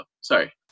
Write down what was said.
Sorry